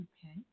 Okay